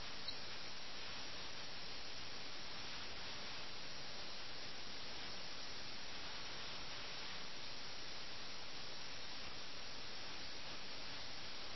ദൈവങ്ങളെ പ്രീതിപ്പെടുത്തുന്ന തരത്തിലുള്ള അഹിംസയല്ല വലിയ ഭീരുക്കൾ പോലും കണ്ണീർ പൊഴിക്കുന്ന ഭീരുത്വത്തിന്റെ ഒരു രൂപമായിരുന്നു അത്